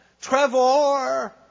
Trevor